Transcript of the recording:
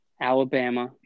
Alabama